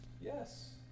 Yes